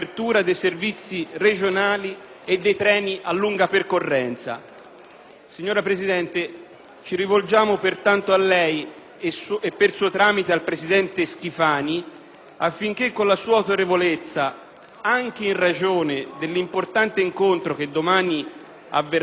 Signora Presidente, ci rivolgiamo pertanto a lei e per suo tramite al presidente Schifani, affinché con la sua autorevolezza, anche in ragione dell'importante incontro che avverrà domani tra il Ministro e le Regioni per il riparto dei 480 milioni